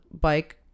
bike